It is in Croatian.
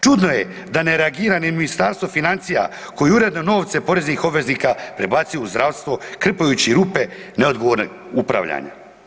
Čudno je da ne reagira ni Ministarstvo financija koji uredno novce poreznih obveznika prebacuju u zdravstvo krpajući rupe neodgovornog upravljanja.